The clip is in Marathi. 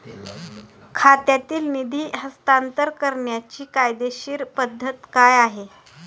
खात्यातील निधी हस्तांतर करण्याची कायदेशीर पद्धत काय आहे?